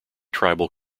tribal